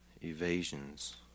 Evasions